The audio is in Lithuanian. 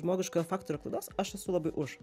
žmogiškojo faktorio klaidos aš esu labai už